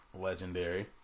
legendary